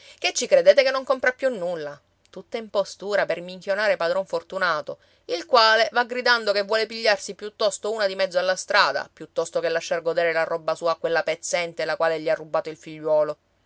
che ci credete che non compra più nulla tutta impostura per minchionare padron fortunato il quale va gridando che vuole pigliarsi piuttosto una di mezzo alla strada piuttosto che lasciar godere la roba sua a quella pezzente la quale gli ha rubato il figliuolo